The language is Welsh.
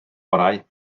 orau